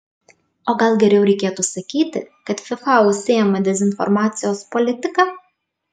o gal geriau reikėtų sakyti kad fifa užsiima dezinformacijos politika